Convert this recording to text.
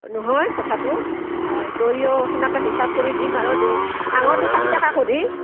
নহয় কথাটো আৰু দৈও সেনেকে হিচাপ কৰি দিম আৰু দৈ আঙৰটো ষাঠী টকা কৰি